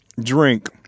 drink